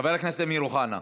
חברת הכנסת עאידה תומא סלימאן.